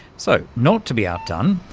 so, not to be outdone,